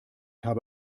habe